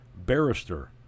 Barrister